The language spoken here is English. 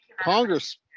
Congress